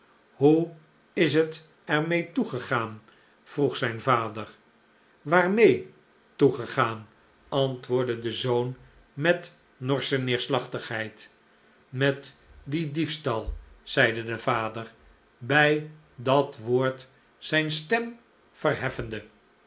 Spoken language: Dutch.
hoe is het er mee toegegaan vroeg zijn vader waarmee toegegaan antwoordde de zoon met norsche neerslachtigheid met dien diefstal zeide de vader bij dat woord zijn stem verheffende